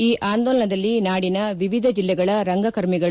ಈ ಅಂದೋಲನದಲ್ಲಿ ನಾಡಿನ ವಿವಿಧ ಜಿಲ್ಲೆಗಳ ರಂಗಕರ್ಮಿಗಳು